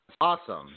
awesome